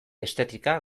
estetika